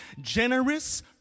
generous